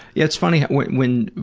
yeah it's funny when when